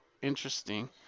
Interesting